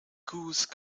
goose